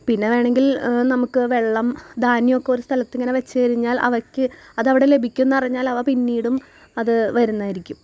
പിന്നെ വേണമെങ്കിൽ നമുക്ക് വെള്ളം ധാന്യമൊക്കെ ഒരു സ്ഥലത്ത് ഇങ്ങനെ വെച്ച് കഴിഞ്ഞാൽ അവയ്ക്ക് അതവിടെ ലഭിക്കുമെന്നറിഞ്ഞാൽ അവ പിന്നീടും അത് വരുന്നതായിരിക്കും